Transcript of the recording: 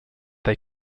they